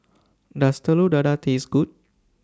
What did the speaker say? Does Telur Dadah Taste Good